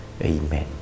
Amen